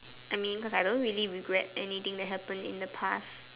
I mean I don't really regret anything that happen in the past